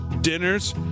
dinners